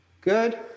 Good